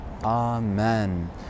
Amen